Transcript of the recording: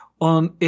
on